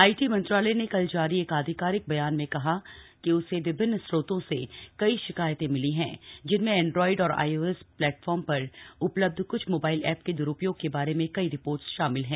IT मंत्रालय ने कल जारी एक आधिकारिक बयान में कहा कि उसे विभिन्न स्रोतों से कई शिकायतें मिली हैं जिनमें एंड्रॉइड और आई ओ एस प्लेटफॉर्म पर उपलब्ध क्छ मोबाइल ऐप के द्रुपयोग के बारे में कई रिपोर्ट शामिल हैं